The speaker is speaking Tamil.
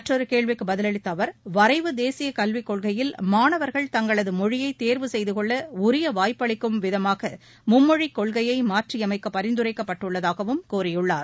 மற்றொரு கேள்விக்கு பதிலளித்த அவர் வரைவு தேசிய கல்விக் கொள்கையில் மாணவர்கள் தங்களது மொழியை தேர்வு செய்தகொள்ள உரிய வாய்ப்பளிக்கும் விதமாக மும்மொழிக் கொள்கையை மாற்றியமைக்க பரிந்துரைக்கப்பட்டுள்ளதாகவும் கூறியுள்ளார்